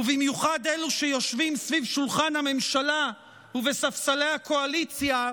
ובמיוחד אלו שיושבים סביב שולחן הממשלה ובספסלי הקואליציה,